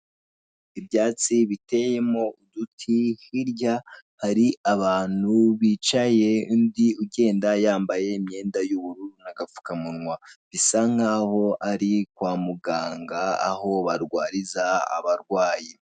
Ibyatsi biteyemo uduti hirya hari abantu bicaye undi ugenda yambaye imyenda y'ubururu n'agapfukamunwa bisa nkaho ari kwa muganga aho barwariza abarwayi.